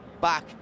back